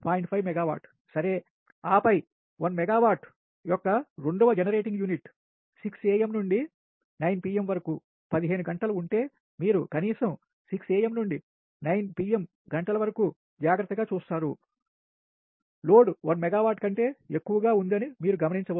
5 megawatt సరే ఆపై 1 megawatt యొక్క రెండవ జనరేటింగ్ యూనిట్ 6 am నుండి 9 pm వరకు 15 గంటలు ఉంటే మీరు కనీసం 6 am నుండి 9 pm గంటల వరకు జాగ్రత్తగా చూస్తారు లోడ్ 1 మెగావాట్ కంటే ఎక్కువగా ఉందని మీరు గమనించవచ్చు